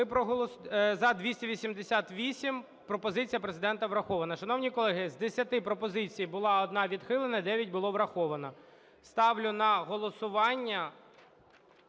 За-288 Пропозиція Президента врахована. Шановні колеги, з десяти пропозицій була одна відхилена і дев'ять було враховано. Ставлю на голосування